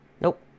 Nope